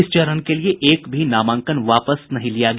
इस चरण के लिए एक भी नामांकन वापस नहीं लिया गया